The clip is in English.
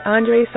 Andre